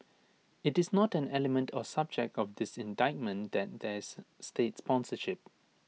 IT is not an element or subject of this indictment that there is state sponsorship